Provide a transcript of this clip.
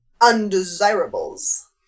undesirables